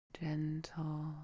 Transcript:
Gentle